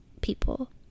people